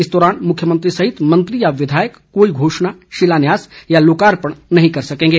इस दौरान मुख्यमंत्री सहित मंत्री या विधायक कोई घोषणा शिलान्यास व लोकार्पण नहीं कर सकेंगे